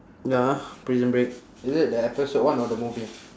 ya prison break is it the episode one or the movie